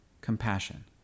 compassion